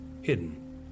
hidden